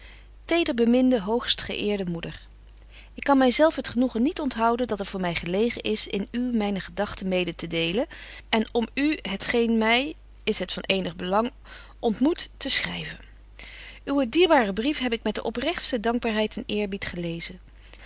teder beminde hoogstge eerde moeder ik kan my zelf het genoegen niet onthouden dat er voor my gelegen is in u myne gedagten medetedelen en om u het geen my is het van eenig belang ontmoet te schryven uwen dierbaren brief heb ik met de oprechtste dankbaarheid en eerbied gelezen